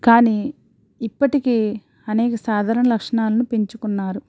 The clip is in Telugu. కానీ ఇప్పటికీ అనేక సాధారణ లక్షణాలను పెంచుకున్నారు